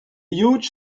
huge